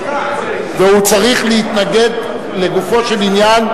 והוא צריך להתנגד לגופו של עניין,